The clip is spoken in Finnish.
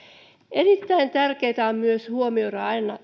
erittäin tärkeätä on myös huomioida aina